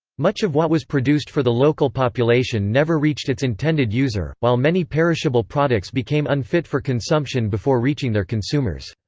much of what was produced for the local population never reached its intended user, while many perishable products became unfit for consumption before reaching their consumers.